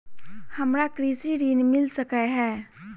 हमरा कृषि ऋण मिल सकै है?